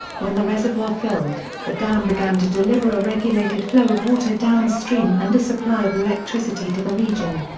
when the reservoir filled, the dam began to deliver a regulated flow of water downstream and a supply of electricity to the region.